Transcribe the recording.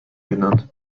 genannt